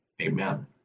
Amen